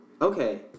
Okay